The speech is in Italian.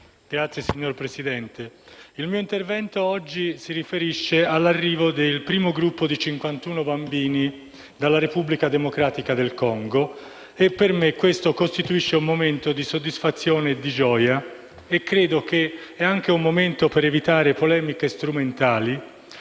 Signora Presidente, il mio intervento oggi si riferisce all'arrivo del primo gruppo di 51 bambini dalla Repubblica democratica del Congo. Per me questo costituisce un momento di soddisfazione e di gioia ed anche un momento per evitare polemiche strumentali.